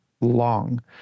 long